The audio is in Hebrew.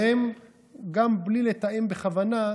וגם בלי לתאם בכוונה,